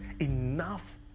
enough